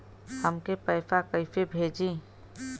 हमके पैसा कइसे भेजी?